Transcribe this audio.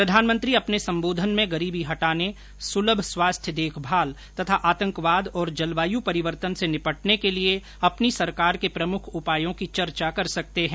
प्रधानमंत्री अपने संबोधन में गरीबी हटाने सुलभ स्वास्थ्य देखभाल तथा आतंकवाद और जलवायु परिवर्तन से निपटने के लिए अपनी सरकार के प्रमुख उपायों की चर्चा कर सकते हैं